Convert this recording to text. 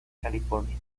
california